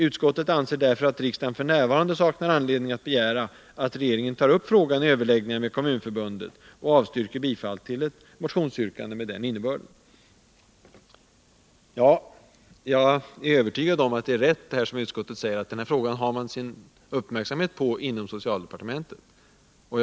Utskottet anser därför att riksdagen f. n. saknar anledning att begära att regeringen tar upp överläggningar med kommunförbundet och avstyrker bifall till yrkandet 4 i motionen 2482.” Jag är övertygad om att det är rätt som utskottet säger att man inom socialdepartementet har sin uppmärksamhet riktad på denna fråga.